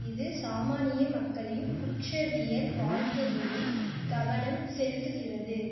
இது சாமானிய மக்களின் குற்றவியல் வாழ்க்கையிலும் கவனம் செலுத்துகிறது